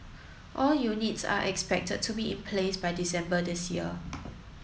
all units are expected to be in place by December this year